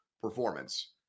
performance